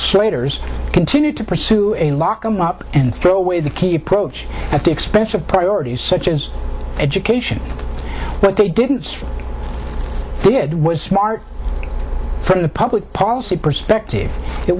slater's continued to pursue a lock them up and throw away the key approach at the expense of priorities such as education but they didn't think it was smart for the public policy perspective it